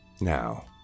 Now